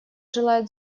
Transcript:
желает